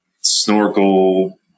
snorkel